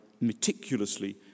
meticulously